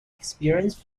experience